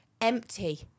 empty